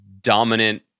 dominant